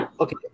Okay